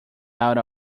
out